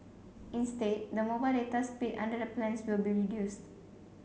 instead the mobile data speed under the plans will be reduced